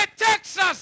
Texas